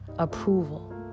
approval